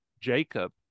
Jacob